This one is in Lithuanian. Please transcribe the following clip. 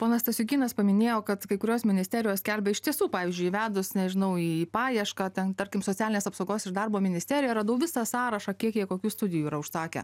ponas stasiukynas paminėjo kad kai kurios ministerijos skelbia iš tiesų pavyzdžiui įvedus nežinau į paiešką ten tarkim socialinės apsaugos ir darbo ministerija radau visą sąrašą kiek jie kokių studijų yra užsakę